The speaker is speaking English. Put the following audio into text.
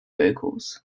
vocals